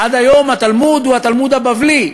עד היום התלמוד הוא התלמוד הבבלי,